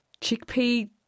chickpea